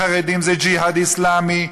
חרדים זה ג'יהאד אסלאמי,